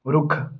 ਰੁੱਖ